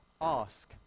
Ask